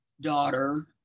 daughter